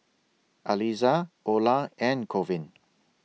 Aliza Ola and Colvin